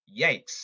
Yikes